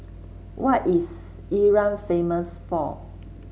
what is Iran famous for